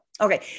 okay